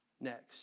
next